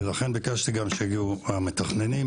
ולכן ביקשתי גם שיגיעו המתכננים,